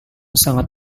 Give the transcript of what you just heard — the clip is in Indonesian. sangat